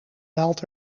daalt